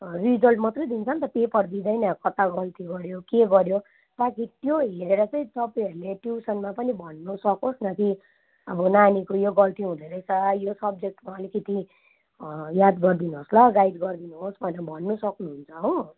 result मात्रै दिन्छ नि त पेपर दिदैँन कता गल्ती गर्यो के गर्यो ताकि त्यो हरेर चाहिँ तपाईँहरूले ट्युसनमा पनि भन्नु सकोस् न कि अब नानीको यो गल्ती हुँदै रहेछ यो सब्जेक्टमा अलिकति याद गरिदिनुहोस् ल गाइड गरिदिनुहोस् भनेर भन्नु सक्नु हुन्छ हो